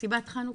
מסיבת חנוכה.